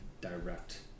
direct